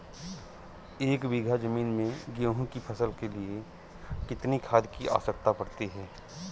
एक बीघा ज़मीन में गेहूँ की फसल के लिए कितनी खाद की आवश्यकता पड़ती है?